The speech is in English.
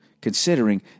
considering